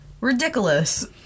Ridiculous